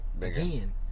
again